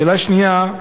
שאלה שנייה: